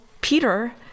Peter